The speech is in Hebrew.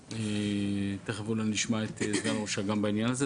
אולי נשמע תכף את סגן ראש אג"מ בעניין הזה.